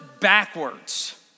backwards